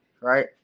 Right